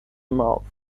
mouth